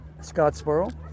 scottsboro